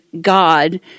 God –